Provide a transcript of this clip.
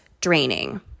draining